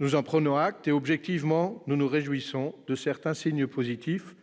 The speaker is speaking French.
Nous en prenons acte et, objectivement, nous nous réjouissons de certains signes positifs,